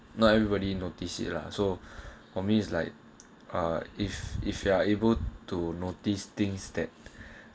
not everybody notice it lah so for me it's like ah if if you are able to notice things that